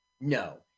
No